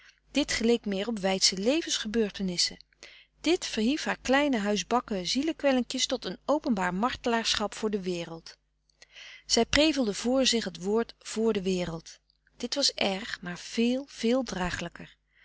dit geleek meer op weidsche levensgebeurtenissen dit verhief haar kleine huisbakken zielekwellinkjes tot een openbaar martelaarschap voor de wereld zij prevelde voor zich het woord voor de wereld dit was erg maar veel veel dragelijker